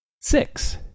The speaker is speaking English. Six